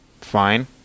Fine